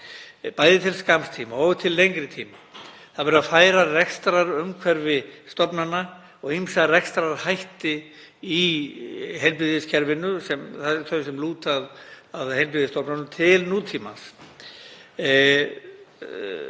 bæði til skamms tíma og lengri tíma. Það verður að færa rekstrarumhverfi stofnana og ýmsa rekstrarhætti í heilbrigðiskerfinu, þá sem lúta að heilbrigðisstofnunum, til nútímans.